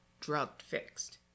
drugged-fixed